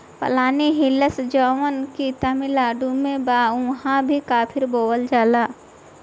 पलानी हिल्स जवन की तमिलनाडु में बा उहाँ भी काफी बोअल जाला